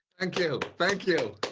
thank you. thank you.